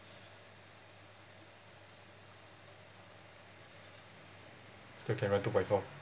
still can run two by four